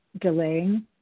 delaying